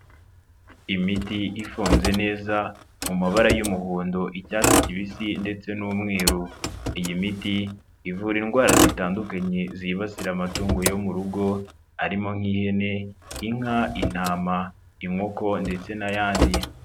Imiti ifunze neza mu mabara y'umuhondo, icyatsi kibisi ndetse n'umweru, iyi miti ivura indwara zitandukanye zibasira amatungo yo mu rugo, arimo nk'ihene, inka, intama, inkoko ndetse n'ayandi.